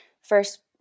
first